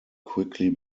quickly